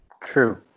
True